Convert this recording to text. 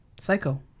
psycho